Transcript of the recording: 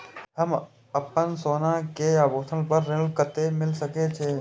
हमरा अपन सोना के आभूषण पर ऋण कते मिल सके छे?